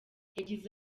yagize